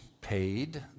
paid